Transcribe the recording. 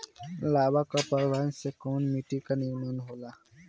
लावा क प्रवाह से कउना माटी क निर्माण होला?